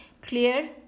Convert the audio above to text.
clear